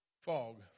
Fog